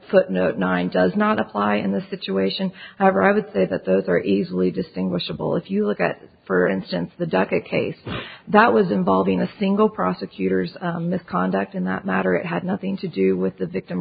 footnote nine does not apply in the situation however i would say that those are easily distinguishable if you look at for instance the docket case that was involving a single prosecutor's misconduct in that matter it had nothing to do with the victim